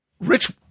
rich